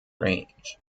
range